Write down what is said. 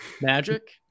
Magic